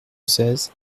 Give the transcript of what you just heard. seize